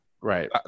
right